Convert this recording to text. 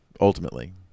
ultimately